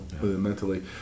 mentally